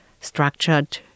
structured